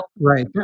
Right